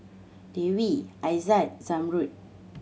Dwi Aizat Zamrud